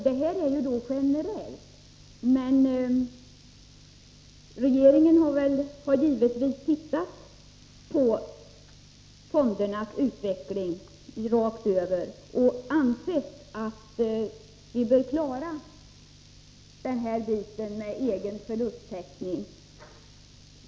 Detta gäller generellt. Regeringen har givetvis tittat på fondernas utveckling rakt över och ansett att de bör klara en självständig förlusttäckning.